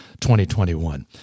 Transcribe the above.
2021